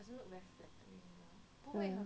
um